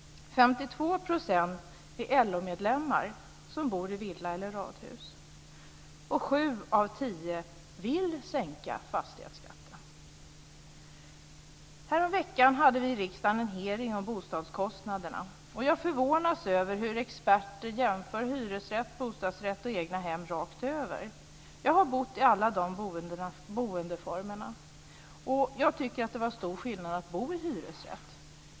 52 % är LO-medlemmar som bor i villa eller radhus. Sju av tio vill sänka fastighetsskatten. Häromveckan hade vi i riksdagen en hearing om bostadskostnaderna. Jag förvånas över hur experter jämför hyresrätt, bostadsrätt och egna hem rakt över. Jag har bott i alla dessa boendeformer, och jag tycker att det var stor skillnad att bo i hyresrätt.